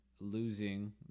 losing